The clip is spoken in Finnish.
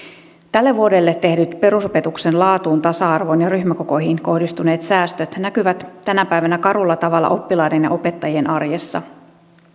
tälle vuodelle tehdyt perusopetuksen laatuun tasa arvoon ja ryhmäkokoihin kohdistuneet säästöt näkyvät tänä päivänä karulla tavalla oppilaiden ja opettajien arjessa